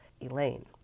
elaine